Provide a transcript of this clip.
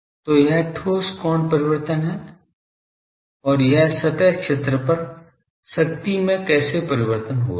तो यह ठोस कोण परिवर्तन है और यह सतह क्षेत्र पर है शक्ति में कैसे परिवर्तन हो रहा है